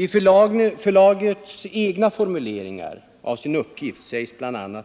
I förlagets egna formuleringar av sin uppgift sägs bl.a.: